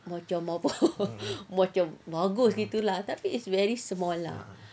macam apa macam bagus gitu lah tapi it's very small lah